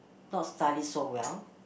not study so well